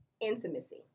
intimacy